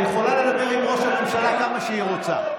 היא יכולה לדבר עם ראש הממשלה כמה שהיא רוצה.